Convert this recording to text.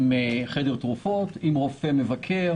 עם חדר תרופות, עם רופא שמבקר